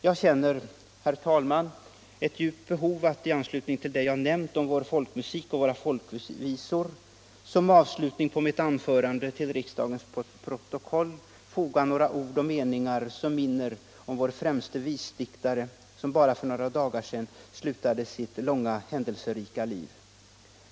Jag känner, herr talman, ett djupt behov av att i anslutning till det jag nämnt om vår folkmusik och våra folkvisor som avslutning på mitt anförande till riksdagens protokoll foga några ord och meningar som minner om vår främste visdiktare, som för bara några dagar sedan slutade sitt långa, händelserika liv.